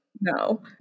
no